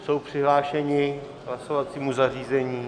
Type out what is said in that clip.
Jsou přihlášeni k hlasovacímu zařízení?